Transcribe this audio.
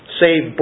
save